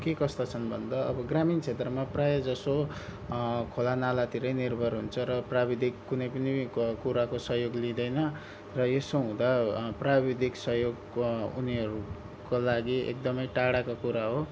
के कस्ता छन् भन्दा अब ग्रामीण क्षेत्रमा प्रायःजसो खोलानालातिरै निर्भर हुन्छ र प्राविधिक कुनै पनि क कुराको सहयोग लिँदैन र यसो हुँदा प्राविधिक सहयोग उनीहरूको लागि एकदमै टाढाको कुरा हो